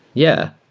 yeah.